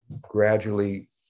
Gradually